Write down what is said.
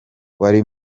ari